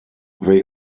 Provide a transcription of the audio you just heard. they